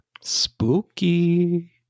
Spooky